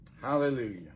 Hallelujah